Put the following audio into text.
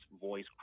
voice